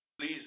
Please